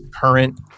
current